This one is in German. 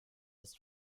ist